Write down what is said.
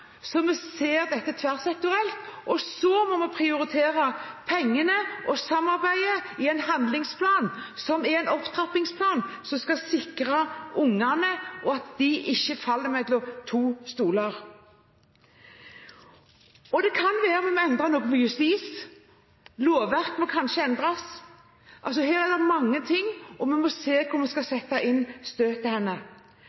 så må vi prioritere pengene og samarbeidet i en handlingsplan som er en opptrappingsplan som skal sikre at ungene ikke faller mellom to stoler. Det kan være vi må endre noe innen justis. Lovverk må kanskje endres. Her er det mange ting, og vi må se hvor vi skal